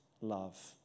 love